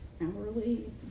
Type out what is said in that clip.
hourly